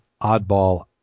oddball